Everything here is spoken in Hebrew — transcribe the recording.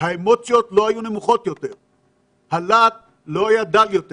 האמוציות לא היו נמוכות יותר, הלהט לא היה דל יותר